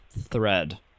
thread